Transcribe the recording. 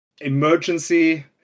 emergency